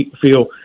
feel